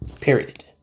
Period